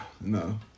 no